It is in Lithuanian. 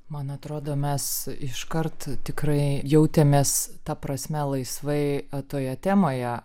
man atrodo mes iškart tikrai jautėmės ta prasme laisvai o toje temoje